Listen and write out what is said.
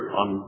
on